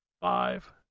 Five